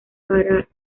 para